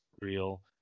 real